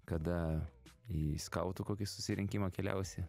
kada į skautų kokį susirinkimą keliausi